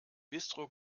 bistro